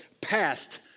Past